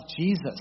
Jesus